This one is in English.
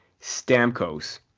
Stamkos